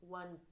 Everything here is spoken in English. one